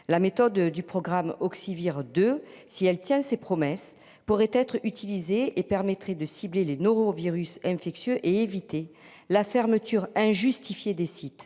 La méthode du programme auxiliaire de si elle tient ses promesses pourraient être utilisés et permettrait de cibler les norovirus infectieux et éviter la fermeture injustifiée des sites.